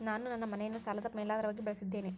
ನಾನು ನನ್ನ ಮನೆಯನ್ನು ಸಾಲದ ಮೇಲಾಧಾರವಾಗಿ ಬಳಸಿದ್ದೇನೆ